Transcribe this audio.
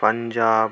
Punjab